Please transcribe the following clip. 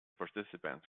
participants